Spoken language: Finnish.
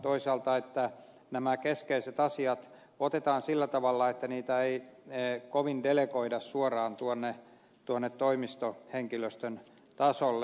toisaalta nämä keskeiset asiat otetaan sillä tavalla että niitä ei kovin delegoida suoraan tuonne toimistohenkilöstön tasolle